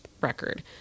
record